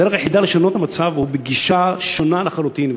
הדרך היחידה לשנות את המצב היא בגישה שונה לחלוטין,